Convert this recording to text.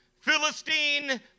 Philistine